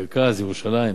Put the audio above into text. מרכז, ירושלים,